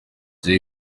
jay